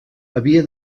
havia